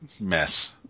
mess